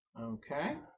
Okay